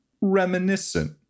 reminiscent